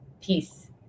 peace